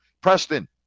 Preston